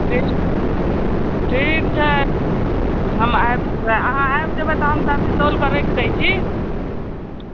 ठीक ठीक छै हम आयब अहाँ आबि जेबै तऽ हम सब्जी तौल के राखि दै छी